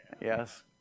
Yes